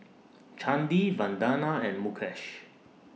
Chandi Vandana and Mukesh